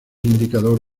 indicador